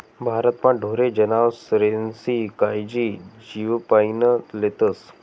भारतमा ढोरे जनावरेस्नी कायजी जीवपाईन लेतस